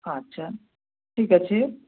আচ্ছা ঠিক আছে